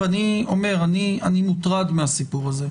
ואני אומר שאני מוטרד מהסיפור הזה.